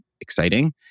Exciting